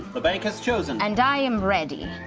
but bank has chosen. and i am ready.